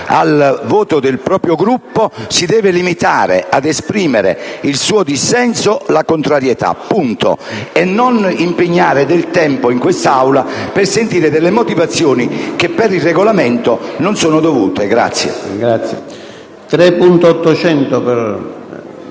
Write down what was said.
al voto del proprio Gruppo si deve limitare ad esprimere il suo dissenso, la contrarietà, e non impegnare del tempo in quest'Aula per spiegare delle motivazioni che per il Regolamento non sono dovute.